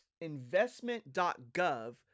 investment.gov